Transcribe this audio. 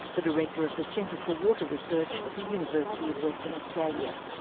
the director of the centre for water research at the university of western australia.